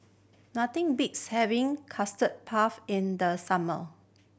nothing beats having Custard Puff in the summer